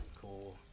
cool